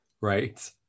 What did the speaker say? right